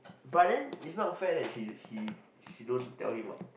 but then it's not fair that she she she don't tell him what